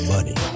Money